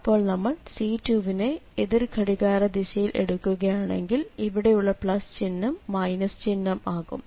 ഇപ്പോൾ നമ്മൾ C2 നെ എതിർ ഘടികാരദിശയിൽ എടുക്കുകയാണെങ്കിൽ ഇവിടെയുള്ള പ്ലസ് ചിഹ്നം മൈനസ് ചിഹ്നം ആകും